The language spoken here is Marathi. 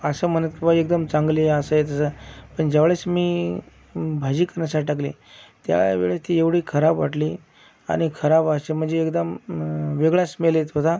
असे म्हणत बुवा एकदम चांगली आहे असं आहे तसं आहे पण ज्यावेळेस मी भाजी खाण्यासाठी टाकली त्यावेळी ती एवढी खराब वाटली आणि खराब वाची म्हणजे एकदम वेगळा स्मेल येत होता